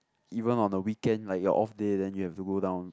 even on the weekend like your off day then you have to go down